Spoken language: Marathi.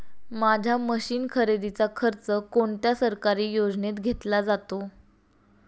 माझ्या मशीन खरेदीचा खर्च कोणत्या सरकारी योजनेत घेतला जातो?